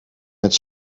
met